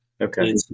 Okay